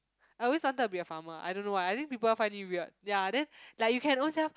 I always wanted to be a farmer I don't know why I think people find it weird ya then like you can ownself